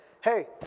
hey